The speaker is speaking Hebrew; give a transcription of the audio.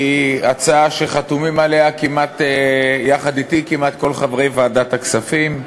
היא הצעה שחתומים עליה יחד אתי כמעט כל חברי ועדת הכספים: